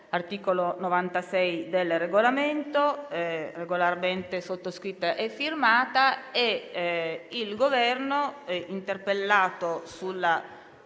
dell'articolo 96 del Regolamento, regolarmente sottoscritta e firmata, e il Governo, interpellato sulla